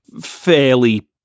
fairly